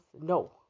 No